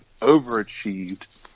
overachieved